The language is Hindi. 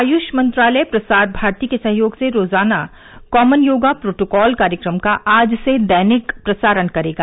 आयुष मंत्रालय प्रसार भारती के सहयोग से रोजाना कॉमन योगा प्रोदोकॉल कार्यक्रम का आज से दैनिक प्रसारण करेगा